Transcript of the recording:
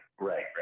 right